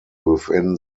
within